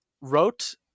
wrote